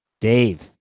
Dave